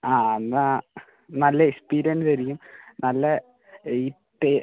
ആ എന്നാൽ നല്ല എക്സ്പീരിയൻസ് ആയിരിക്കും നല്ല ഈ